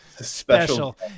Special